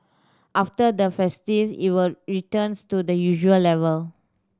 after the it will returns to the usual level